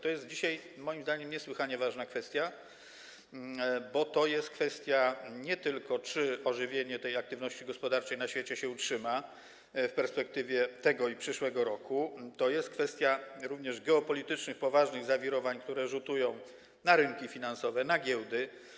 To jest dzisiaj moim zdaniem niesłychanie ważna kwestia, bo to jest kwestia nie tylko tego, czy ożywienie aktywności gospodarczej na świecie się utrzyma w perspektywie tego i przyszłego roku, ale to jest również kwestia poważnych geopolitycznych zawirowań, które rzutują na rynki finansowe, na giełdy.